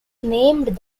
named